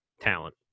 talent